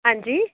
ਹਾਂਜੀ